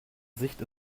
sicht